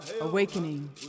awakening